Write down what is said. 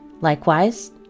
Likewise